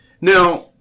Now